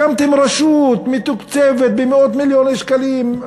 הקמתם רשות מתוקצבת במאות מיליוני שקלים,